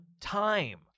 time